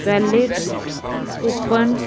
wallet coupon